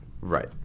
Right